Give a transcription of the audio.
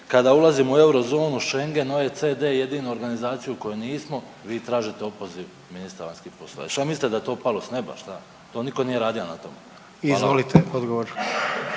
kada ulazimo u eurozonu, Schengen, OECD je jedina organizacija u kojoj nismo vi tražite opoziv ministra vanjskih poslova. I šta mislite da je to palo s neba? Šta? To niko nije radija na tome? Hvala.